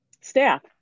staff